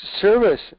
service